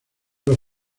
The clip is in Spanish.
los